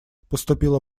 поступила